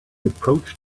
approached